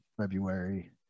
February